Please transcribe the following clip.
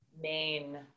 main